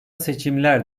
seçimler